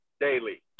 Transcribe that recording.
daily